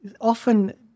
Often